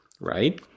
right